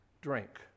drink